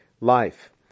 life